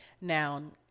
now